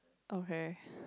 okay